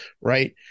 right